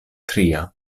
tria